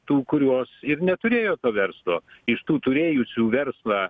tų kurios ir neturėjo to verslo iš tų turėjusių verslą